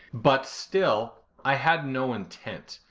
but still, i had no intent.